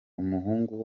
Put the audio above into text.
umuhungu